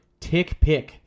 TickPick